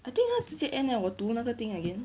I think 他直接 end leh 我读那个 thing again